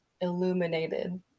illuminated